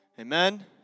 Amen